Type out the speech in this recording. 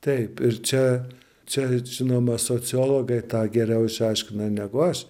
taip ir čia čia žinoma sociologai tą geriau išaiškina negu aš